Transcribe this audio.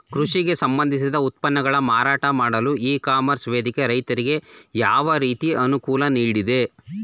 ಕೃಷಿ ಸಂಬಂಧಿತ ಉತ್ಪನ್ನಗಳ ಮಾರಾಟ ಮಾಡಲು ಇ ಕಾಮರ್ಸ್ ವೇದಿಕೆ ರೈತರಿಗೆ ಯಾವ ರೀತಿ ಅನುಕೂಲ ನೀಡಿದೆ?